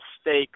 stakes